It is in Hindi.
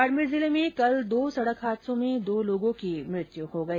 बाडमेर जिले में कल दो सडक हादसे में दो लोगों की मृत्यु हो गई